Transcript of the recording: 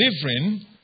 delivering